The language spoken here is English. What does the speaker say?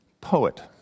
Poet